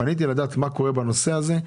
פניתי כדי לדעת מה קורה בנושא הזה.